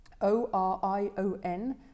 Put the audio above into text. O-R-I-O-N